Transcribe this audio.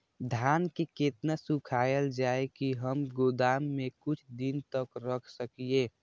धान के केतना सुखायल जाय की हम गोदाम में कुछ दिन तक रख सकिए?